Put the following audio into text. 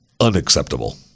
Unacceptable